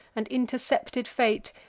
and intercepted fate,